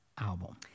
Album